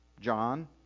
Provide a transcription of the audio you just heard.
John